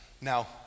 Now